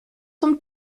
zum